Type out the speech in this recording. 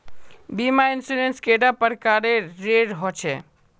बीमा इंश्योरेंस कैडा प्रकारेर रेर होचे